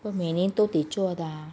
都每年都得做的啊